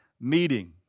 meeting